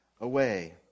away